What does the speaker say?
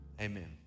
Amen